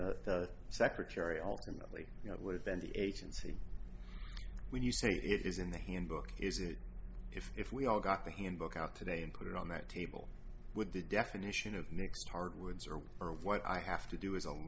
the secretary ultimately you know would have been the agency when you say it is in the handbook is it if if we all got the handbook out today and put it on the table with the definition of mixed hardwoods or or what i have to do is on